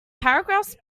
paragraphs